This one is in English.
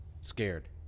scared